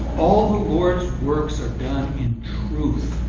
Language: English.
all the lord's works are done in truth.